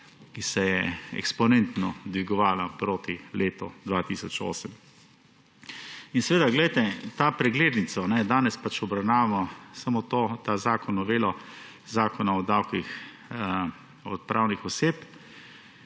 ki se je eksponentno dvigovala proti letu 2008. Glejte to preglednico, danes pač obravnavamo samo to, ta zakon, novelo zakona o davkih od pravnih oseb.